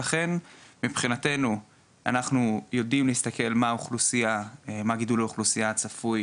לכן מבחינתנו אנחנו יודעים להסתכל מה גידול האוכלוסייה הצפוי